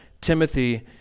Timothy